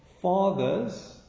father's